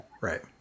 right